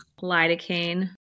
lidocaine